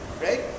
right